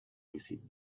visit